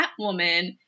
catwoman